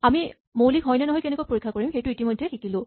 আমি মৌলিক হয় নে নহয় কেনেকৈ পৰীক্ষা কৰিম সেইটো ইতিমধ্যে শিকিলো